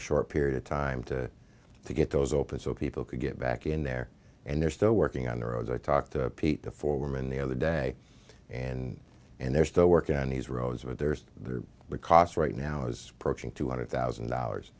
a short period of time to get those open so people could get back in there and they're still working on the roads i talked to pete the four women the other day and and they're still working on these roads but there's because right now is approaching two hundred thousand dollars